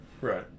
Right